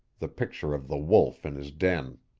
the picture of the wolf in his den.